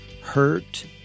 Hurt